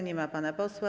Nie ma pana posła.